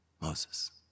Moses